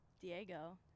diego